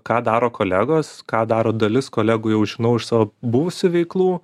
ką daro kolegos ką daro dalis kolegų jau žinau iš savo buvusių veiklų